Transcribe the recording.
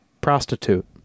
prostitute